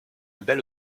belle